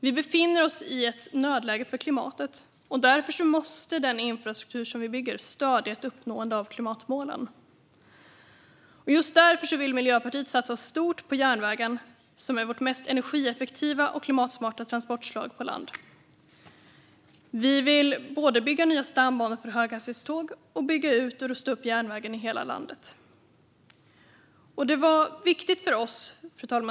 Vi befinner oss i ett nödläge för klimatet. Därför måste den infrastruktur som vi bygger stödja ett uppnående av klimatmålen. Just därför vill Miljöpartiet satsa stort på järnvägen, som är vårt mest energieffektiva och klimatsmarta transportslag på land. Vi vill både bygga nya stambanor för höghastighetståg och bygga ut och rusta upp järnvägen i hela landet. Fru talman!